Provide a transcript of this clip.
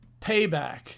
payback